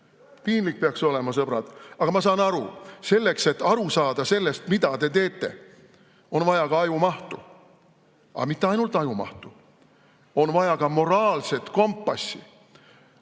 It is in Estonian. Piinlik peaks olema, sõbrad! Aga ma saan aru, selleks, et aru saada sellest, mida te teete, on vaja ka ajumahtu. Aga mitte ainult ajumahtu. On vaja ka moraalset kompassi.